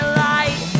light